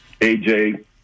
AJ